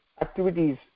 activities